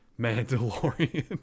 mandalorian